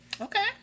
Okay